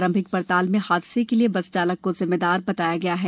प्रारंभिक पड़ताल में हादसे के लिए बसचालक को जिम्मेदार बताया गया है